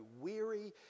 weary